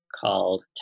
called